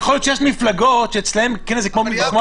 יכול להיות שיש מפלגות שאצלן כנס זה כמו הפגנה...